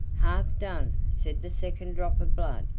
half done! said the second drop of blood,